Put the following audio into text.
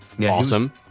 awesome